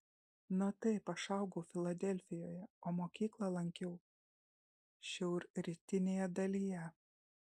na taip aš augau filadelfijoje o mokyklą lankiau šiaurrytinėje dalyje